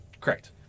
Correct